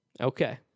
Okay